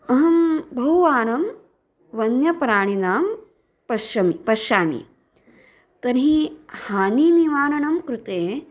अहं बहुवारं वन्यप्राणिनां पश्यमि पश्यामि तर्हि हानिनिवारणं कृते